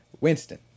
Winston